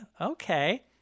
okay